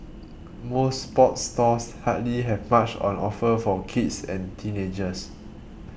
most sports stores hardly have much on offer for kids and teenagers